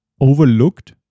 overlooked